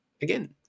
again